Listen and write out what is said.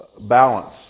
balance